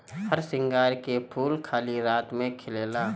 हरसिंगार के फूल खाली राती में खिलेला